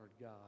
God